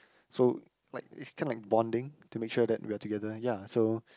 so like it's kinda like bonding to make sure that we are together ya so